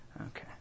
okay